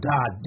God